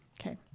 okay